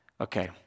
Okay